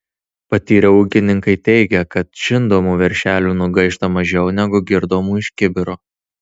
patyrę ūkininkai teigia kad žindomų veršelių nugaišta mažiau negu girdomų iš kibiro